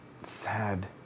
sad